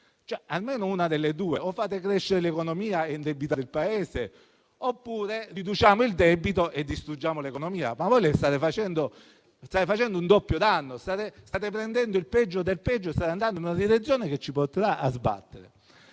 Almeno una delle due: o fate crescere l'economia e indebitate il Paese, oppure riduciamo il debito e distruggiamo l'economia. Voi invece state facendo un doppio danno, state prendendo il peggio del peggio e state andando in una direzione che ci porterà a sbattere.